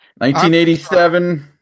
1987